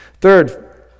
Third